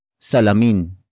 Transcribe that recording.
Salamin